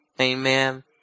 Amen